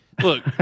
Look